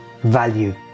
value